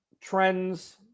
trends